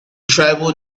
tribal